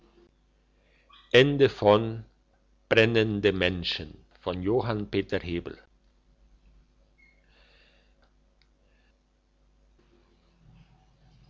brennende menschen zwar von